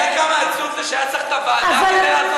את מבינה כמה זה עצוב שצריך את הוועדה כדי לעשות את זה?